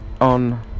on